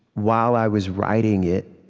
while i was writing it,